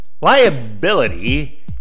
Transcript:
Liability